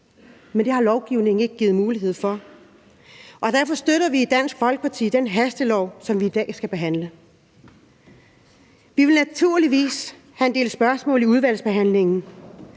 men det har lovgivningen ikke givet mulighed for, og derfor støtter vi i Dansk Folkeparti den hastelov, som vi i dag skal behandle. Vi vil naturligvis have en del spørgsmål i udvalgsbehandlingen,